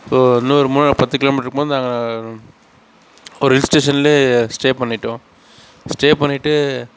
so இன்னும் ஒரு மூணாறு பத்து கிலோமீட்டர் இருக்கும்போது நாங்கள் ஒரு ஹில் ஸ்டேஷனில் ஸ்டே பண்ணிவிட்டோம் ஸ்டே பண்ணிவிட்டு